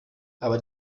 aber